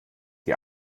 die